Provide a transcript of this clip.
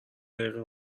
دقیقه